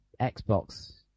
Xbox